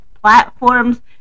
platforms